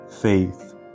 faith